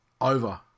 over